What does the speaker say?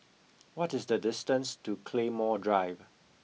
what is the distance to Claymore Drive